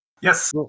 Yes